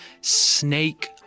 snake